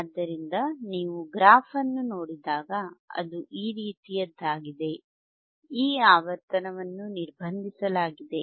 ಆದ್ದರಿಂದ ನೀವು ಗ್ರಾಫ್ ಅನ್ನು ನೋಡಿದಾಗ ಅದು ಈ ರೀತಿಯದ್ದಾಗಿದೆ ಈ ಆವರ್ತನವನ್ನು ನಿರ್ಬಂಧಿಸಲಾಗಿದೆ